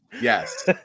Yes